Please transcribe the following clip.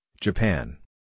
Japan